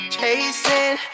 Chasing